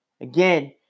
again